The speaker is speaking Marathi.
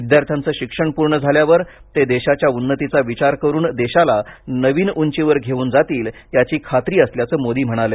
विद्यार्थ्यंच शिक्षण पूर्ण झाल्यावर ते देशाच्या उन्नतीचा विचार करून देशाला नवीन उंचीवर घेवून जातील याची खात्री असल्याचं मोदी म्हणाले